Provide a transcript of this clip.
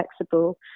flexible